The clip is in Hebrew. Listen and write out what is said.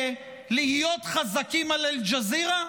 ולהיות חזקים על אל-ג'זירה?